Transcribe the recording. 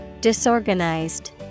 Disorganized